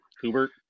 Hubert